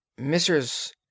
Mrs